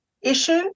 issue